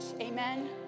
Amen